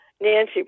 Nancy